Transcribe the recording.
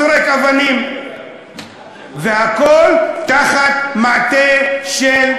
אז, חבר הכנסת חזן,